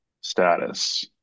status